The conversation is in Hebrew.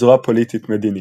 זרוע פוליטית-מדינית.